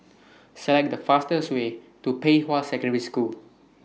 Select The fastest Way to Pei Hwa Secondary School